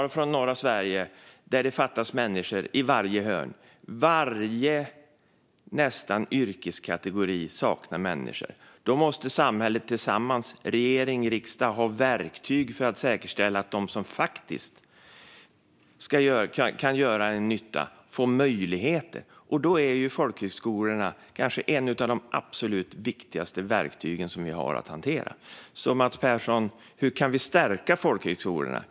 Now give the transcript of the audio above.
I norra Sverige fattas det människor i varje hörn och i nästan varje yrkeskategori. Då måste samhället tillsammans, regering och riksdag ha verktyg för att säkerställa att de som kan göra nytta får möjligheter, och här är folkhögskolorna ett av de viktigaste verktygen. Hur kan vi stärka folkhögskolorna, Mats Persson?